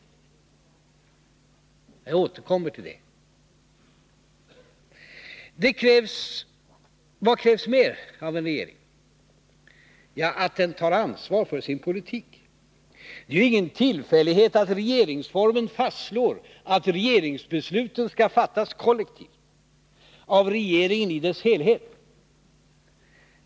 Jag återkommer till det. Vad krävs mer av en regering? Jo, att den tar ansvar för sin politik. Det är ingen tillfällighet att regeringsformen fastslår att regeringsbesluten skall fattas kollektivt, av regeringen i dess helhet.